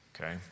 Okay